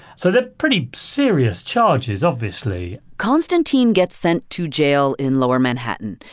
so they're pretty serious charges, obviously konstantin gets sent to jail in lower manhattan.